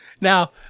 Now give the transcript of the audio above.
Now